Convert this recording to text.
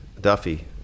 Duffy